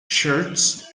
shirts